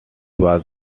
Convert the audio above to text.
was